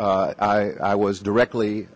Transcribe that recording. i was directly